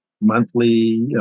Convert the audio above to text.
monthly